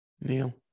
Neil